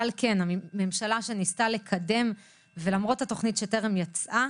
אבל ממשלה שניסתה לקדם ולמרות התכנית שטרם יצאה,